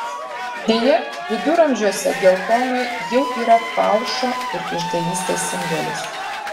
deja viduramžiuose geltona jau yra falšo ir išdavystės simbolis